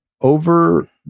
Over